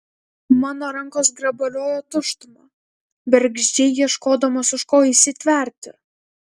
mano rankos grabaliojo tuštumą bergždžiai ieškodamos už ko įsitverti